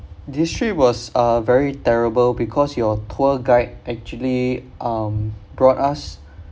this trip was uh very terrible because your tour guide actually um brought us